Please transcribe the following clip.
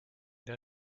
der